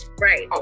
right